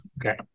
Okay